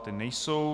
Ta nejsou.